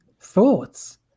thoughts